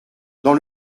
dans